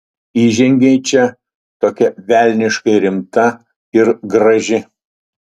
įžengei čia tokia velniškai rimta ir graži